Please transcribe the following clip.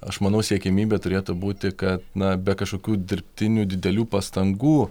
aš manau siekiamybė turėtų būti kad na be kažkokių dirbtinių didelių pastangų